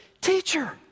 Teacher